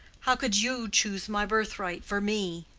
how could you choose my birthright for me?